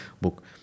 book